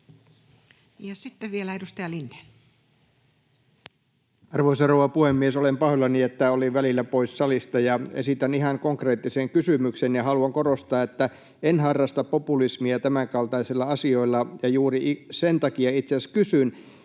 Time: 17:58 Content: Arvoisa rouva puhemies! Olen pahoillani, että olin välillä pois salista. Esitän ihan konkreettisen kysymyksen ja haluan korostaa, että en harrasta populismia tämänkaltaisilla asioilla, ja juuri sen takia itse asiassa kysyn.